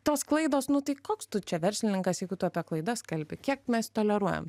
tos klaidos nu tai koks tu čia verslininkas jeigu tu apie klaidas kalbi kiek mes toleruojam